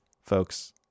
folks